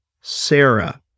Sarah